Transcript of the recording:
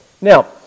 Now